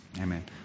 Amen